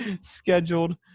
scheduled